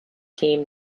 team